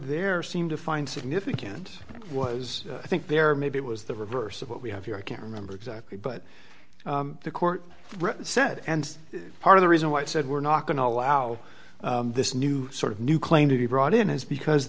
there seem to find significant was i think there maybe it was the reverse of what we have here i can't remember exactly but the court said and part of the reason why i said we're not going to allow this new sort of new claim to be brought in is because